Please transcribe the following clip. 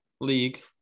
league